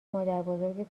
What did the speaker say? مادربزرگت